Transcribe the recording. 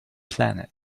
planet